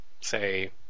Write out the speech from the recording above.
Say